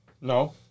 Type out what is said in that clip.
No